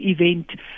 event